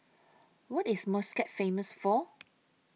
What IS Muscat Famous For